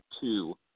two